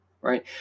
right